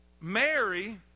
Mary